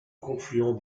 confluent